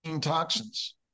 toxins